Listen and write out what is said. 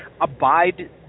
abide